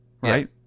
Right